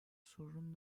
sorun